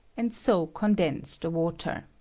and so condense the water.